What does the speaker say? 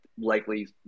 likely